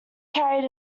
carried